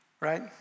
right